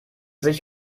sich